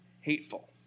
hateful